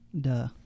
duh